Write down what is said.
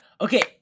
okay